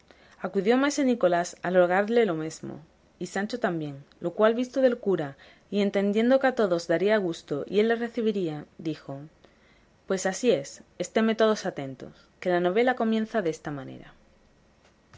acudió maese nicolás a rogarle lo mesmo y sancho también lo cual visto del cura y entendiendo que a todos daría gusto y él le recibiría dijo pues así es esténme todos atentos que la novela comienza desta manera